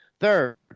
Third